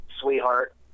sweetheart